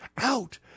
out